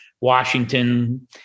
Washington